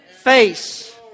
Face